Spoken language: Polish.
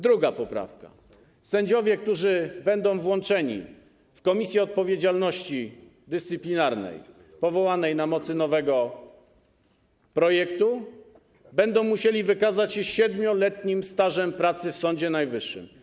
Druga poprawka - sędziowie, którzy będą włączeni w Komisję Odpowiedzialności Dyscyplinarnej powołaną na mocy nowego projektu, będą musieli wykazać się 7-letnim stażem pracy w Sądzie Najwyższym.